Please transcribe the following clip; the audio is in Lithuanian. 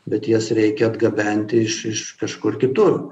bet jas reikia atgabenti iš iš kažkur kitur